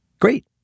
Great